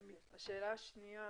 השאלה השנייה